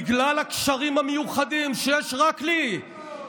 בגלל הקשרים המיוחדים שיש רק לי,